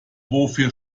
wofür